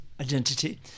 identity